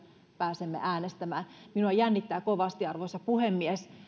pääsemme äänestämään minua jännittää kovasti arvoisa puhemies